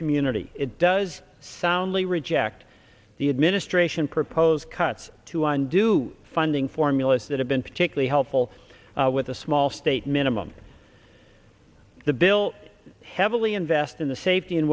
community it does sound we reject the administration proposed cuts to undo funding formula that have been particularly helpful with a small state minimum the bill heavily invest in the safety and